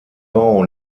bau